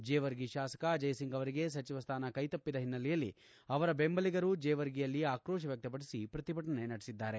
ಜೇವರ್ಗಿ ಶಾಸಕ ಅಜಯ್ ಸಿಂಗ್ ಅವರಿಗೆ ಸಚಿವ ಸ್ಥಾನ ಕೈತಪ್ಪಿದ ಹಿನೈಲೆಯಲ್ಲಿ ಬೆಂಬಲಿಗರು ಜೇವರ್ಗಿಯಲ್ಲಿ ಆಕ್ರೋಶ ವ್ಯಕ್ತಪಡಿಸಿ ಶ್ರತಿಭಟನೆ ನಡೆಸುತ್ತಿದ್ದಾರೆ